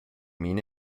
mean